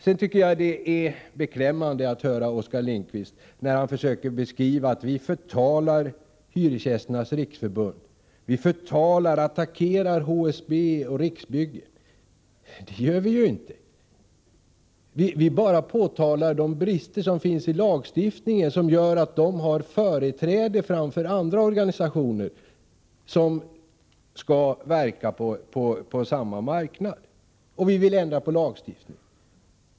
Sedan tycker jag att det är beklämmande att höra hur Oskar Lindkvist försöker beskriva att vi förtalar Hyresgästernas riksförbund, att vi förtalar och attackerar HSB och Riksbyggen. Det gör vi ju inte! Vi bara påtalar de brister i lagstiftningen som gör att dessa organisationer har företräde framför andra som skall verka på samma marknad. Och vi vill ändra på lagstiftningen.